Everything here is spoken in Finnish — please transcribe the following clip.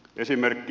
esimerkki